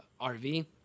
RV